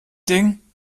ding